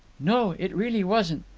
no, it really wasn't.